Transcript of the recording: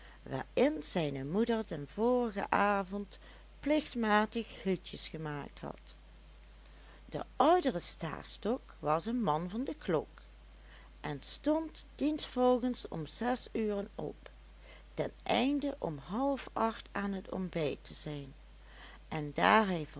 waarin zijne moeder den vorigen avond plichtmatig hieltjes gemaakt had de oudere stastok was een man van de klok en stond diensvolgens om zes uren op ten einde om halfacht aan het ontbijt te zijn en daar hij